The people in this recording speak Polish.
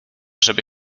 żeby